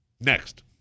Next